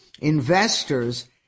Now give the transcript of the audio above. investors